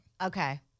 Okay